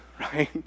right